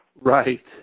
Right